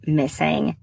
missing